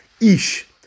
Ish